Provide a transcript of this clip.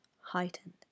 heightened